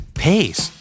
pace